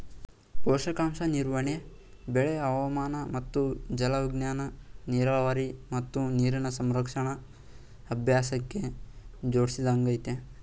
ಪೋಷಕಾಂಶ ನಿರ್ವಹಣೆ ಬೆಳೆ ಹವಾಮಾನ ಮತ್ತು ಜಲವಿಜ್ಞಾನನ ನೀರಾವರಿ ಮತ್ತು ನೀರಿನ ಸಂರಕ್ಷಣಾ ಅಭ್ಯಾಸಕ್ಕೆ ಜೋಡ್ಸೊದಾಗಯ್ತೆ